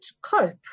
cope